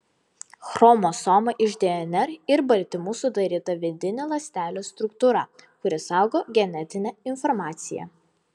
chromosoma iš dnr ir baltymų sudaryta vidinė ląstelės struktūra kuri saugo genetinę informaciją